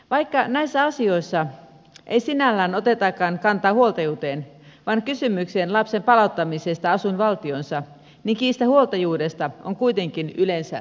vaikka näissä asioissa ei sinällään otetakaan kantaa huoltajuuteen vaan kysymykseen lapsen palauttamisesta asuinvaltioonsa niin kiista huoltajuudesta on kuitenkin yleensä taustalla